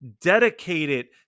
dedicated